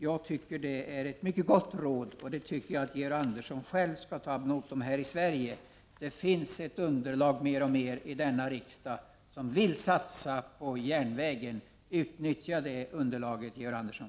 Jag tycker att det är ett mycket gott råd som Georg Andersson själv skall ta ad notam när det gäller Sverige och svenska förhållanden. Underlaget i denna riksdag blir ju allt större för en satsning på järnvägen. Utnyttja det underlaget, Georg Andersson!